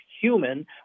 human